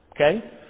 Okay